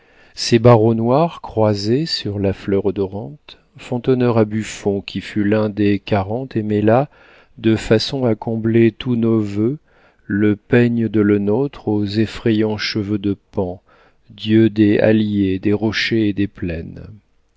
ces barreaux noirs croisés sur la fleur odorante font honneur à buffon qui fut l'un des quarante et mêla de façon à combler tous nos vœux le peigne de lenôtre aux effrayants cheveux de pan dieu des halliers des rochers et des plaines